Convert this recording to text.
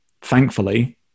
thankfully